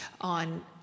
on